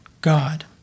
God